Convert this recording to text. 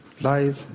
life